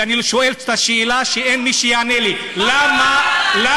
ואני שואל את השאלה שאין מי שיענה לי: למה